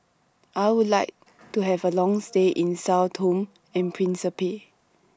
I Would like to Have A Long stay in Sao Tome and Principe